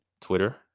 Twitter